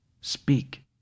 Speak